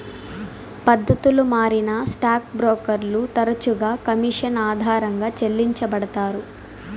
పద్దతులు మారినా స్టాక్ బ్రోకర్లు తరచుగా కమిషన్ ఆధారంగా చెల్లించబడతారు